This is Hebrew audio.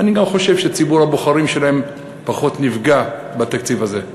ואני גם חושב שציבור הבוחרים שלהם פחות נפגע בתקציב הזה.